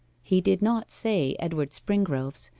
he did not say edward springrove's,